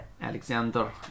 Alexander